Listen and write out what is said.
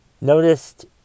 noticed